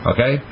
Okay